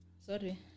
sorry